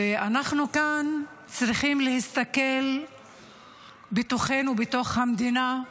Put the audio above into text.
ואנחנו כאן צריכים להסתכל בתוכנו, בתוך המדינה,